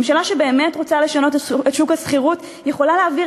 ממשלה שבאמת רוצה לשנות את שוק השכירות יכולה להעביר